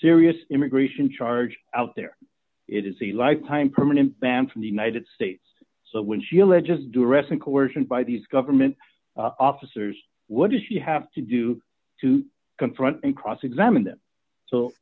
serious immigration charge out there it is a lifetime permanent ban from the united states so when she alleges duress and coercion by these government officers what does she have to do to confront and cross examine them so